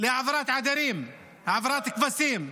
להעברת עדרים, העברת כבשים.